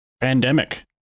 pandemic